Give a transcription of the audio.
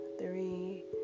three